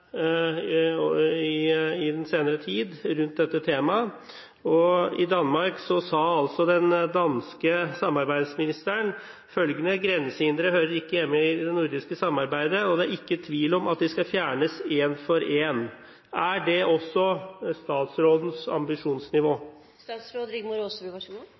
i den senere tid rundt dette temaet. I Danmark sa den danske samarbeidsministeren at grensehindre ikke hører hjemme i det nordiske samarbeidet. Det er ikke tvil om at de skal fjernes en for en. Er det også statsrådens